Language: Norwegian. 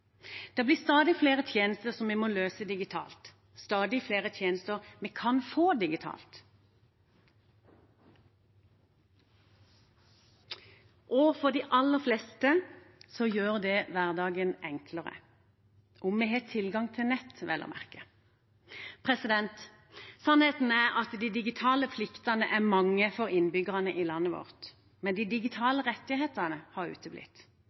Det blir stadig flere tjenester vi må løse digitalt, og stadig flere tjenester vi kan få digitalt, og for de aller fleste gjør det hverdagen enklere – om vi har tilgang til nett, vel og merke. Sannheten er at de digitale pliktene er mange for innbyggerne i landet vårt, men de digitale rettighetene har uteblitt.